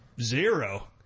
Zero